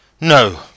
No